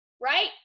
right